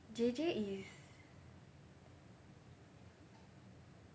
J_J is